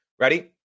Ready